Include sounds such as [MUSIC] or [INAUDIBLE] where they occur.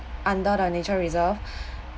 under the nature reserve [BREATH]